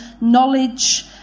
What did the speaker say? knowledge